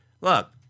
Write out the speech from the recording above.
Look